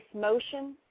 motion